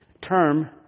term